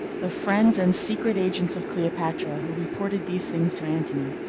the friends and secret agents of cleopatra, who reported these things to antony,